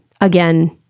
again